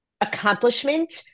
accomplishment